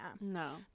No